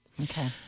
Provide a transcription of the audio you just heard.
Okay